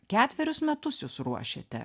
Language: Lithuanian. ketverius metus jūs ruošiate